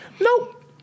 Nope